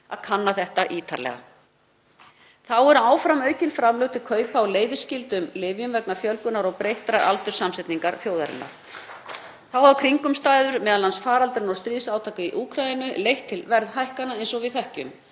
að kanna þetta ítarlega. Þá eru áfram aukin framlög til kaupa á leyfisskyldum lyfjum vegna fjölgunar þjóðarinnar og breyttrar aldurssamsetningar hennar. Hafa kringumstæður, m.a. faraldurinn og stríðsátök í Úkraínu, leitt til verðhækkana eins og við þekkjum.